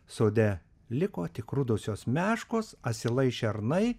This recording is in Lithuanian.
sode liko tik rudosios meškos asilai šernai